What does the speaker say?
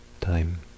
time